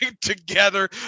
together